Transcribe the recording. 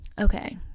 okay